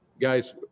guys